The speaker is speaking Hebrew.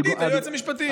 החליט היועץ המשפטי.